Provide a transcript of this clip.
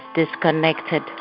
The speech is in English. disconnected